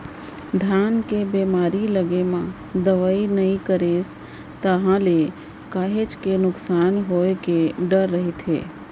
धान के बेमारी लगे म दवई नइ करेस ताहले काहेच के नुकसान होय के डर रहिथे